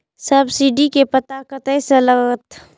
Subsidy के पता कतय से लागत?